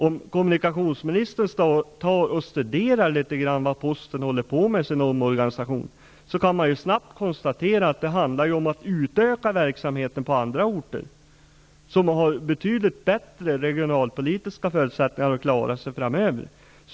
Om kommunikationsministern studerar litet vad posten håller på med i fråga om omorganisation, kan han snabbt konstatera att det handlar om att utöka verksamheten på andra orter som har betydligt bättre regionalpolitiska förutsättningar att klara sig framöver.